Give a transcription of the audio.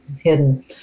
hidden